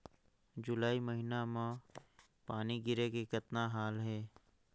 जुलाई महीना म पानी गिरे के कतना हाल हे?